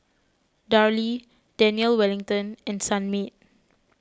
Darlie Daniel Wellington and Sunmaid